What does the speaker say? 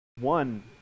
one